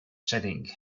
setting